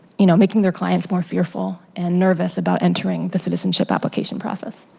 you know, making their clients more fearful and nervous about entering the citizenship application process.